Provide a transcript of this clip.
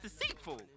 deceitful